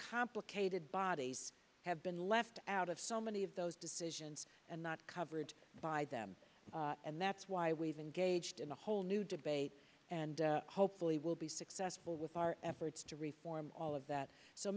complicated bodies have been left out of so many of those decisions and not covered by them and that's why we've engaged in a whole new debate and hopefully we'll be successful with our efforts to reform all of that so